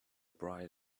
bride